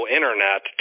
Internet